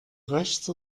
rechts